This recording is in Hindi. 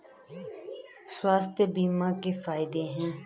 स्वास्थ्य बीमा के फायदे हैं?